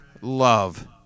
love